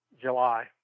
July